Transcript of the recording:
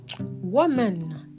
Woman